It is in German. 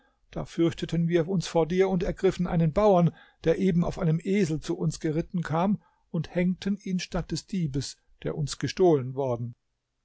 da fürchteten wir uns vor dir und ergriffen einen bauern der eben auf einem esel zu uns geritten kam und hängten ihn statt des diebes der uns gestohlen worden